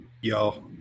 y'all